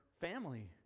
family